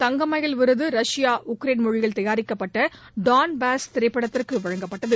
தங்க மயில் விருது ரஷ்யா உக்ரைன் மொழியில் தயாரிக்கப்பட்ட டான் பாஸ் திரைப்படத்திற்கு வழங்கப்பட்டது